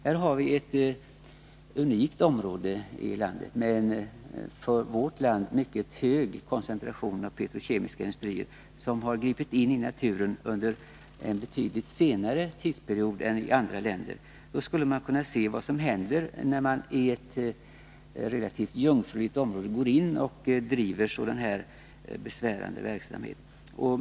Här har vi ett unikt område i landet, med en för vårt land mycket hög koncentration av petrokemiska industrier, som har gripit in i naturen under en betydligt senare tidsperiod än i andra länder. Därför skulle vi nu kunna se vad som händer när man i ett relativt jungfruligt område börjar driva sådan här besvärande verksamhet.